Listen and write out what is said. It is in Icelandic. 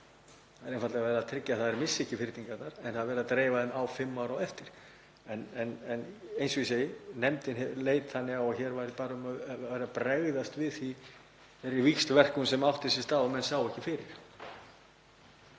Það er einfaldlega verið að tryggja að þau missi ekki fyrningarnar en það er verið að dreifa þeim á fimm ár þar á eftir. Eins og ég segi, nefndin leit þannig á að hér væri bara verið að bregðast við þeirri víxlverkun sem átti sér stað og menn sáu ekki fyrir.